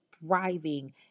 thriving